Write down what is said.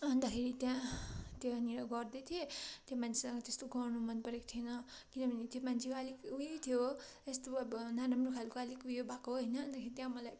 अन्तखेरि त्यहाँ त्यहाँनेर गर्दै थिएँ त्यो मान्छेसँग त्यस्तो गर्न मन परेको थिएन किनभने त्यो मान्छेको आलिक ऊ यही थियो यस्तो अब नराम्रो खाले आलिक उयो भएको होइन अन्तखेरि त्यहाँ मलाई